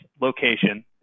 location